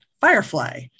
firefly